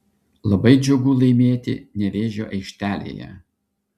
labai džiugu laimėti nevėžio aikštelėje